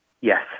Yes